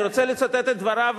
לצטט את דבריו,